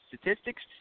statistics